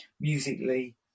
musically